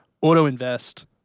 auto-invest